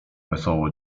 wesoło